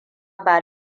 ba